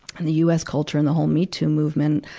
and the us culture and the whole me too movement